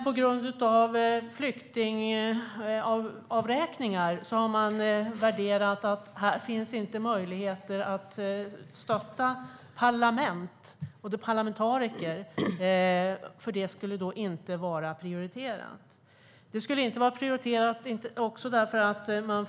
På grund av flyktingavräkningar har man värderat att här inte finns möjlighet att stötta parlament och parlamentariker eftersom det inte är prioriterat.